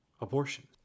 abortion